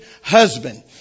husband